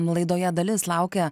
laidoje dalis laukia